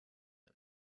him